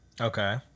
Okay